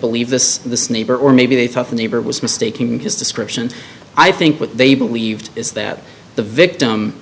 believe this this neighbor or maybe they thought the neighbor was mistaking his description i think what they believed is that the victim